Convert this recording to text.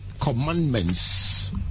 commandments